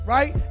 right